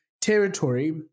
territory